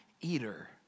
eater